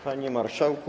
Panie Marszałku!